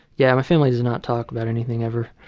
yeah my family does not talk about anything ever.